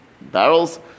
barrels